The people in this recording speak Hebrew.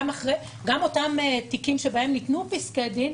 גם אותם תיקים שבהם ניתנו פסקי דין,